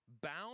bound